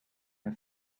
her